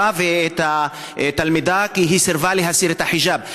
ואת התלמיד כי היא סירבה להסיר את החיג'אב,